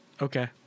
Okay